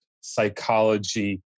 psychology